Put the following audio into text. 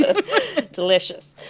ah delicious.